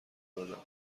دادم